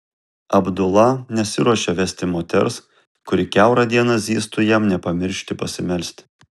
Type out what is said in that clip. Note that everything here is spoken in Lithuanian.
abdula nesiruošė vesti moters kuri kiaurą dieną zyztų jam nepamiršti pasimelsti